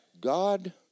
God